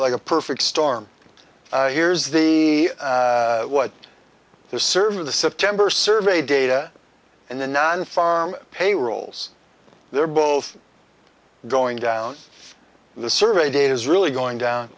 like a perfect storm here's the what the server the september survey data and the non farm payrolls they're both going down and the survey data is really going down